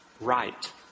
Right